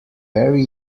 very